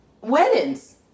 weddings